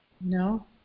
No